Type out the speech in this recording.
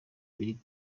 brig